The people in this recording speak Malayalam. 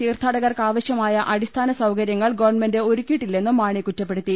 തീർത്ഥാടകർക്കാവശ്യമായ അടിസ്ഥാന സൌകര്യങ്ങൾ ഗവൺമെന്റ് ഒരുക്കിയിട്ടില്ലെന്നും മാണി കുറ്റപ്പെടുത്തി